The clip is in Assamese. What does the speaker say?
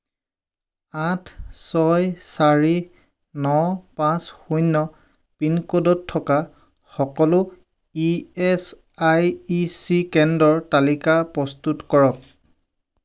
আঠ ছয় চাৰি ন পাঁচ শূণ্য পিনক'ডত থকা সকলো ই এচ আই ই চি কেন্দ্ৰৰ তালিকা প্ৰস্তুত কৰক